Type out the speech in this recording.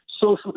social